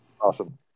awesome